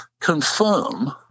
confirm